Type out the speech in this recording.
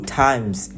times